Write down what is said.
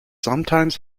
sometimes